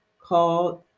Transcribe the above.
called